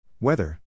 Weather